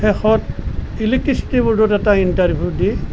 শেষত ইলেক্ট্ৰিচিটি বৰ্ডত এটা ইণ্টাৰভিউ দি